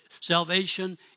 Salvation